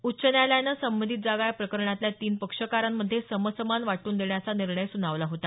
उच्च न्यायालयानं संबंधित जागा या प्रकरणातल्या तीन पक्षकारांमध्ये समसमान वाटून देण्याचा निर्णय सुनावला होता